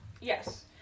Yes